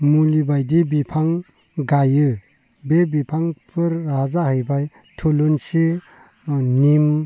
मुलि बायदि बिफां गायो बे बिफांफोरा जाहैबाय थुलुंसि निम